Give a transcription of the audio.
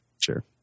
sure